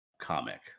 comic